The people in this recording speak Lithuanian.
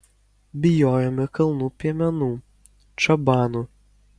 bijojome kalnų piemenų čabanų